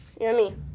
Yummy